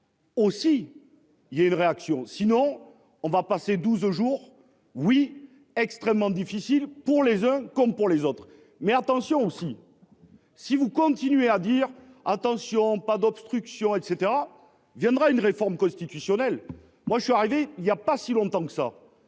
Aussi. Il y a une réaction sinon on va passer 12 jours oui, extrêmement difficile pour les uns comme pour les autres mais attention aussi. Si vous continuez à dire attention pas d'obstruction et cetera viendra une réforme constitutionnelle. Moi je suis arrivé il y a pas si longtemps que ça.